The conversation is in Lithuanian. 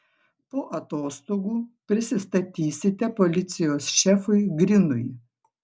po atostogų prisistatysite policijos šefui grinui